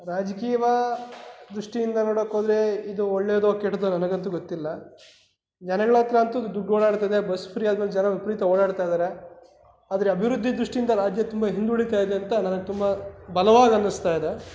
ರಾಜ್ಕೀಯದ ದೃಷ್ಟಿಯಿಂದ ನೋಡೋಕ್ಕೋದ್ರೆ ಇದು ಒಳ್ಳೆಯದೋ ಕೆಟ್ಟದೋ ನನಗಂತೂ ಗೂತ್ತಿಲ್ಲ ಜನಗ್ಳ ಹತ್ತಿರ ಅಂತೂ ದುಡ್ಡು ಓಡಾಡ್ತಾಯಿದೆ ಬಸ್ ಫ್ರೀ ಆದ ಮೇಲೆ ಜನ ವಿಪರೀತ ಓಡಾಡ್ತಾ ಇದ್ದಾರೆ ಆದರೆ ಅಭಿವೃದ್ಧಿ ದೃಷ್ಟಿಯಿಂದ ರಾಜ್ಯ ತುಂಬ ಹಿಂದುಳಿತಾ ಇದೆ ಅಂತ ನನಗೆ ತುಂಬ ಬಲವಾಗಿ ಅನ್ನಿಸ್ತಾ ಇದೆ